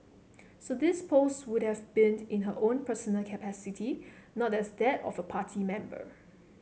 so these posts would have been in her own personal capacity not as that of a party member